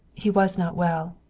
he was not well.